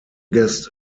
guest